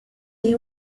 you